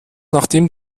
nachdem